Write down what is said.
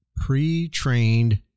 pre-trained